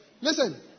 Listen